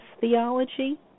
theology